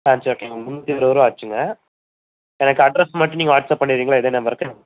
ஆ சரி ஓகேங்க மேம் முன்னூற்றி எழுபது ரூபா ஆச்சுங்க எனக்கு அட்ரஸ் மட்டும் நீங்கள் வாட்ஸப் பண்ணிறீங்களா இதே நம்பருக்கு